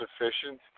sufficient